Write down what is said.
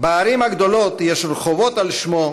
בערים הגדולות יש רחובות על שמו,